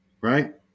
right